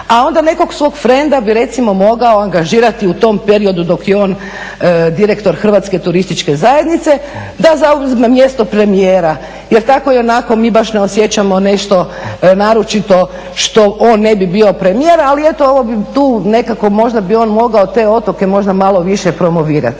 A onda nekog svog frenda bi recimo mogao angažirati u tom periodu dok je on direktor HTZ-a da zauzme mjesto premijera. Jer tako i onako mi baš ne osjećamo nešto naročito što on ne bi bio premijer, ali eto ovo bi tu nekako možda bi on mogao te otoke možda malo više promovirati.